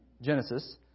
Genesis